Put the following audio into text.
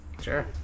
Sure